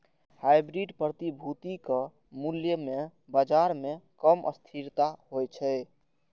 hybrid प्रतिभूतिक मूल्य मे बाजार मे कम अस्थिरता होइ छै